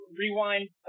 rewind